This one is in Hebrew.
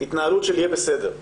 התנהלות של יהיה בסדר.